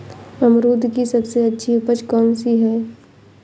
अमरूद की सबसे अच्छी उपज कौन सी है?